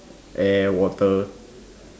air water